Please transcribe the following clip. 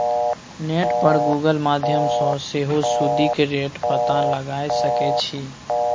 net पर Google माध्यमसँ सेहो सुदिक रेट पता लगाए सकै छी